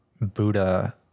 Buddha